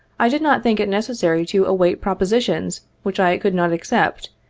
i did not think it necessary to await propositions which. i could not accept,